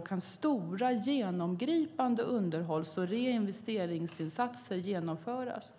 kan stora genomgripande underhålls och reinvesteringsinsatser genomföras.